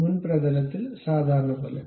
മുൻ പ്രതലത്തിൽ സാധാരണ പോലെ